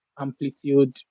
amplitude